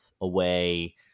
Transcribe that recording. away